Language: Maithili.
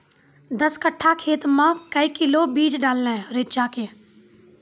दस कट्ठा खेत मे क्या किलोग्राम बीज डालने रिचा के?